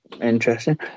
Interesting